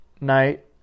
Knight